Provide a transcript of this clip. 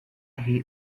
hate